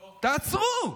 תעצרו.